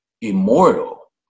immortal